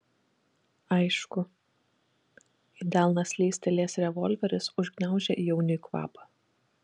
aišku į delną slystelėjęs revolveris užgniaužė jauniui kvapą